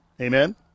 Amen